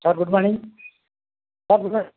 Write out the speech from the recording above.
sir good morning sir good morn